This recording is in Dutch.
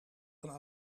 van